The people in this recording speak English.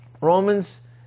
Romans